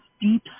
deep